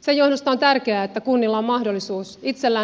sen johdosta on tärkeää että kunnilla itsellään on mahdollisuus